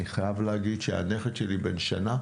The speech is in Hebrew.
אני חייב להגיד שהנכד שלי בן שנה,